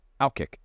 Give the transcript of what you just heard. OutKick